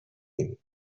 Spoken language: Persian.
بینیم